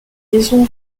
liaison